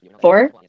Four